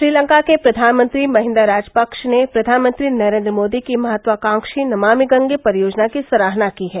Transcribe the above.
श्रीलंका के प्रधानमंत्री महिंदा राजपक्ष ने प्रधानमंत्री नरेंद्र मोदी की महत्वाकांक्षी नमामि गंगे परियोजना की सराहना की है